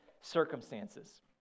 circumstances